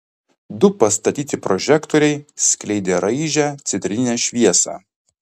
du pastatyti prožektoriai skleidė raižią citrininę šviesą